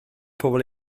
pobl